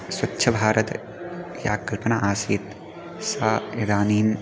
स्वच्छभारते या कल्पना आअसीत् सा इदानीं